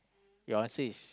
your answer is